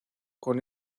con